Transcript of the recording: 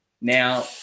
Now